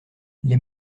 les